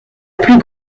plus